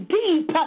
deep